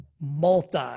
multi